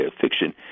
fiction